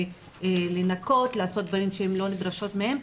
אם זה לנקות ולעשות דברים שלא נדרשים מהן.